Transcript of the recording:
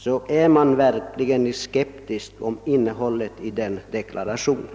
Där är man verkligen skeptisk när det gäller innehållet i den deklarationen.